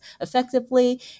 effectively